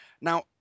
Now